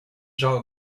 zou